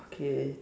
okay